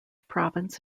province